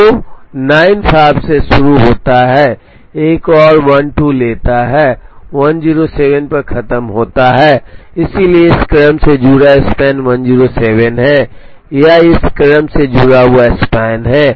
तो 95 से शुरू होता है एक और 12 लेता है और 107 पर खत्म होता है इसलिए इस क्रम से जुड़ा स्पैन 107 है यह इस क्रम से जुड़ा हुआ स्पैन है